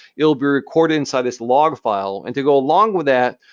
it will be recorded inside this log file. and to go along with that,